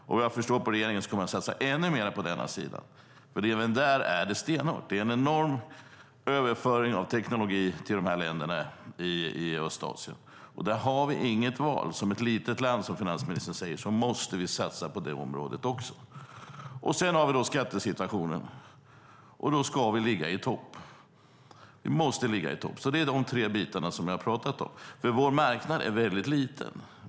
Och vad jag förstår på regeringen ska man satsa ännu mer på denna sida, för även där är det stenhårt. Det är en enorm överföring av teknologi till länderna i Östasien. Där har vi inget val. Som ett litet land, som finansministern säger, måste vi satsa också på det området. Sedan har vi då skattesituationen, och där ska vi ligga i topp. Vi måste ligga i topp. Detta är de tre bitar som vi har talat om. Vår marknad är väldigt liten.